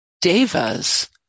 Devas